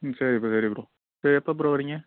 ம் சரி ப்ரோ சரி ப்ரோ சரி எப்போ ப்ரோ வர்றீங்க